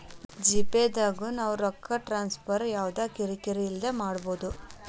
GPay ದಾಗು ನಾವ್ ರೊಕ್ಕ ಟ್ರಾನ್ಸ್ಫರ್ ಯವ್ದ ಕಿರಿ ಕಿರಿ ಇಲ್ದೆ ಮಾಡ್ಬೊದು